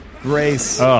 Grace